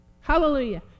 Hallelujah